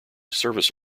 service